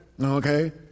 Okay